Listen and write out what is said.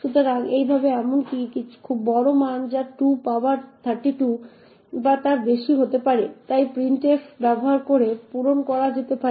সুতরাং এইভাবে এমনকি খুব বড় মান যা 2 পাওয়ার 32 বা তার বেশি হতে পারে তা প্রিন্টএফ ব্যবহার করে পূরণ করা যেতে পারে